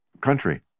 country